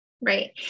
Right